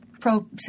pro